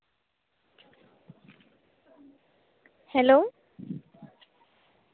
hello